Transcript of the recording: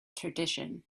tradition